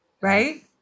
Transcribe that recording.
right